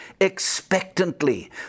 expectantly